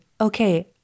Okay